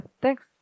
Thanks